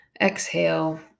exhale